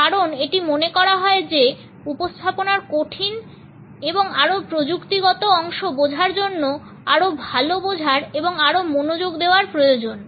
কারণ এটি মনে করা হয় যে উপস্থাপনার কঠিন বা আরও প্রযুক্তিগত অংশ বোঝার জন্য আরও ভাল বোঝার এবং আরও মনোযোগ দেওয়ার প্রয়োজন